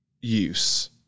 use